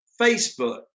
Facebook